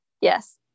yes